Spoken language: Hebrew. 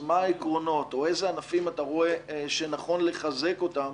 מה העקרונות או אילו ענפים אתה רואה שנכון לחזק אותם